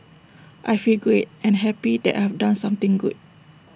I feel great and happy that I've done something good